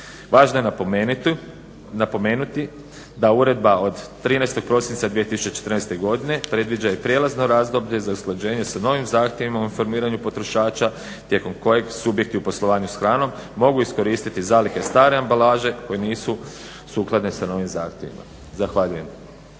Važno je napomenuti da Uredba od 13. prosinca 2014. godine predviđa i prijelazno razdoblje za usklađenje sa novim zahtjevima o informiranju potrošača tijekom kojeg subjekti u poslovanju s hranom mogu iskoristiti zalihe stare ambalaže koje nisu sukladne sa novim zahtjevima. Zahvaljujem.